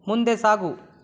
ಮುಂದೆ ಸಾಗು